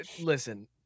listen